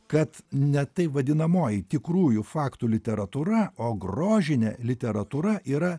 kad ne taip vadinamoji tikrųjų faktų literatūra o grožinė literatūra yra